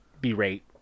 berate